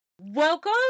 Welcome